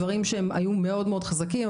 דברים שהיו מאוד מאוד חזקים.